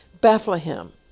Bethlehem